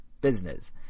business